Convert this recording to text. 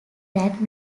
that